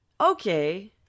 Okay